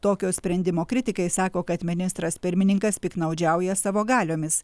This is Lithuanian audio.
tokio sprendimo kritikai sako kad ministras pirmininkas piktnaudžiauja savo galiomis